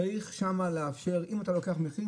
צריך שם לאפשר אם אתה לוקח מחיר,